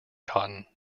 cotton